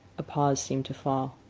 a pause seemed to fall.